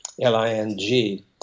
L-I-N-G